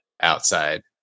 outside